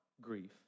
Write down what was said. grief